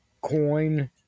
coin